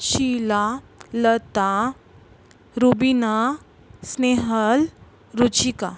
Sheila Lata Rubina Snehal Ruchika